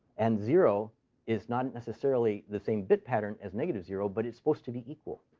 and zero is not necessarily the same bit pattern as negative zero, but it's supposed to be equal.